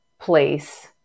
place